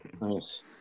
Nice